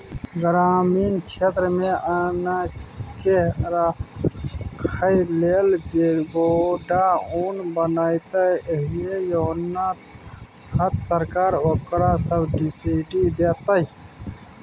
ग्रामीण क्षेत्रमे अन्नकेँ राखय लेल जे गोडाउन बनेतै एहि योजना तहत सरकार ओकरा सब्सिडी दैतै